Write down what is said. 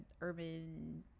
urban